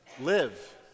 live